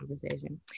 conversation